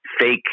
fake